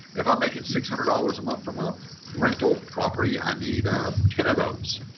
if i'm making six hundred dollars a month from a rental property, i need ah ten of those.